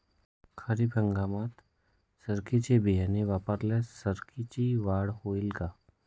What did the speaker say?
खरीप हंगामात सरकीचे बियाणे वापरल्यास सरकीची वाढ होईल का?